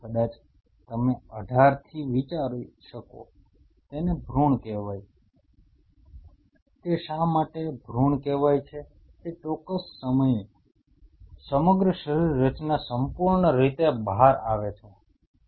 કદાચ તમે 18 થી વિચારી શકો તેને ભૃણ કહેવાય છે તે શા માટે ભૃણ કહેવાય છે તે ચોક્કસ સમયે સમગ્ર શરીર રચના સંપૂર્ણ રીતે બહાર આવે છે